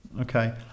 Okay